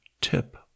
tip